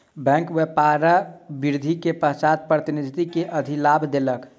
bank व्यापार वृद्धि के पश्चात प्रतिनिधि के अधिलाभ देलक